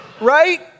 right